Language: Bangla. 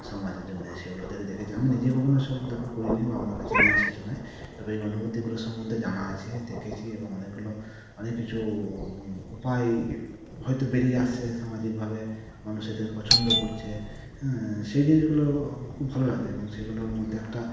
সমাজের জন্যে সেগুলোতে আমি দেখেছি আমি নিজে কখনো এসব দেখুন করিনি বা আমার কাছে নেই সেটা নয় তবে এই অনুভূতিগুলো সম্বন্ধে জানা আছে দেখেছি এবং অনেকগুলো অনেক কিছু উপায় হয়তো বেরিয়ে আসছে সামাজিকভাবে মানুষ এদের পছন্দও করছে হ্যাঁ সেই জিনিসগুলো খুব ভালো লাগে এবং সেগুলোর মধ্যে একটা